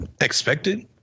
expected